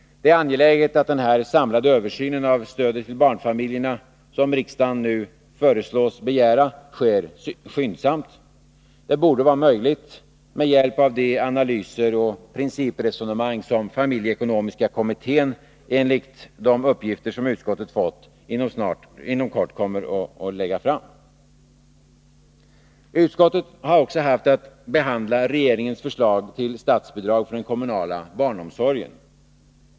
Det är angeläget att denna samlade översyn av stödet till barnfamiljerna, som riksdagen nu föreslås begära, sker skyndsamt. Det borde vara möjligt med hjälp av de analyser och principresonemang som familjeekonomiska kommittén, enligt de uppgifter som utskottet fått, inom kort kommer att lägga fram. Utskottet har också haft att behandla regeringens förslag till statsbidrag för den kommunala barnomsorgen.